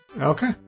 Okay